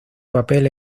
papel